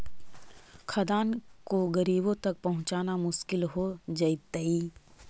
खाद्यान्न को गरीबों तक पहुंचाना मुश्किल हो जइतइ